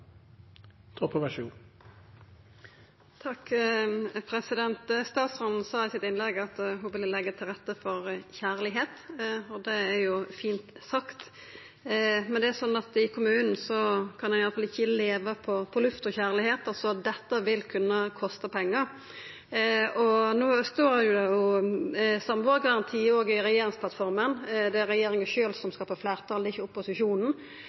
Statsråden sa i innlegget sitt at ho ville leggja til rette for kjærleik, og det er jo fint sagt. Men i kommunen kan ein iallfall ikkje leva på luft og kjærleik – dette vil kunna kosta pengar. No står det om sambuargaranti òg i regjeringsplattforma. Det er regjeringa sjølv som skaffar fleirtal og ikkje opposisjonen.